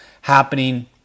happening